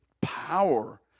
power